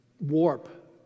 warp